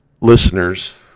listeners